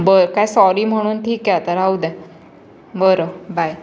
बरं काय सॉरी म्हणून ठीक आहे आता राहू द्या बरं बाय